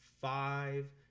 Five